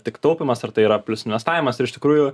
tik taupymas ar tai yra plius investavimas ir iš tikrųjų